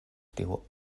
tiu